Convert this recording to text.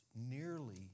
Nearly